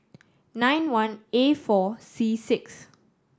nine one A four C six